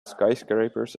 skyscrapers